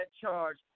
charge